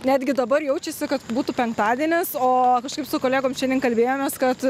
netgi dabar jaučiasi kad būtų penktadienis o kažkaip su kolegom šiandien kalbėjomės kad